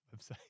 website